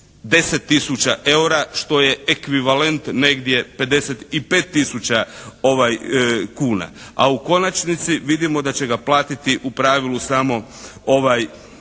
10 000 eura što je ekvivalent negdje 55 000 kuna, a u konačnici vidimo da će ga platiti u pravilu samo